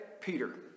Peter